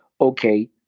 okay